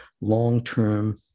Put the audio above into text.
long-term